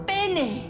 Benny